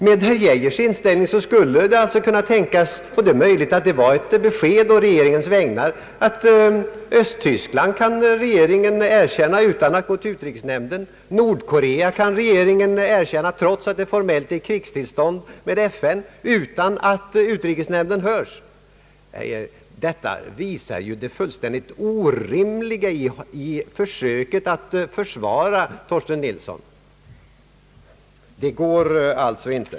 Med herr Geijers inställning skulle det alltså kunna tänkas — det är möjligt att hans uttalande var ett besked på regeringens vägnar — att regeringen kan erkänna Östtyskland och Nordkorea, trots att det sistnämnda landet formellt är i krig med Förenta Nationerna, och göra detta utan att höra utrikesnämnden. Detta visar det fullständigt orimliga i detta försök att försvara Torsten Nilsson.